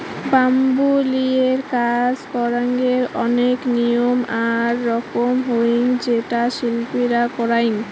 bamboo লিয়ে কাজ করঙ্গের অনেক নিয়ম আর রকম হই যেটো শিল্পীরা করাং